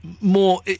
more